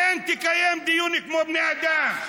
תן לקיים דיון כמו בני אדם.